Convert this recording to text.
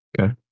Okay